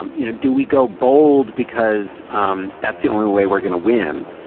um you know, do we go bold because um that's the only way we're going to win.